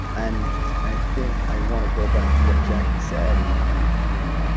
and i think i want to go back to what jackie said and and when